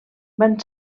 van